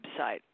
website